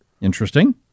Interesting